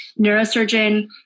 neurosurgeon